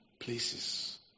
places